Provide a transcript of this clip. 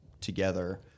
together